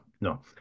no